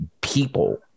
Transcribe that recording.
people